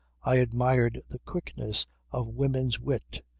i admired the quickness of women's wit.